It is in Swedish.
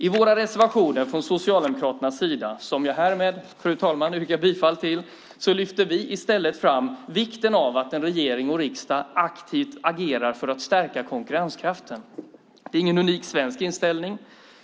I våra reservationer från Socialdemokraternas sida, som jag härmed, fru talman, yrkar bifall till, lyfter vi i stället fram vikten av att regeringen och riksdagen aktivt agerar för att stärka konkurrenskraften. Det är ingen unik svensk inställning.